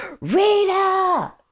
Rita